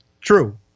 true